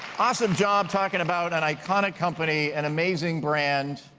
awesome job talking about an iconic company, an amazing brand,